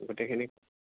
গোটেইখিনিক